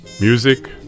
Music